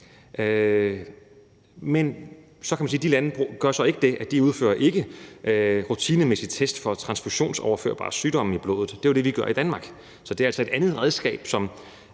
de i de lande ikke gør det, at de udfører rutinemæssige test for transfusionsoverførbare sygdomme i blodet. Og det er jo det, vi gør i Danmark. Så det er altså et andet redskab,